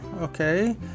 Okay